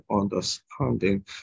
understanding